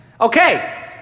Okay